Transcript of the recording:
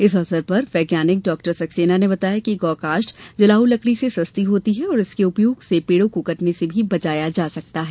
इस अवसर पर वैज्ञानिक डॉक्टर सक्सेना ने बताया कि गौ कास्ठ जलाउ लकड़ी से सस्ती होती है और इसके उपयोग से पेड़ो को कटने से भी बचाया जा सकता है